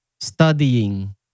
studying